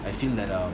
I feel that um